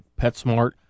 PetSmart